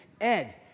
Ed